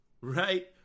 right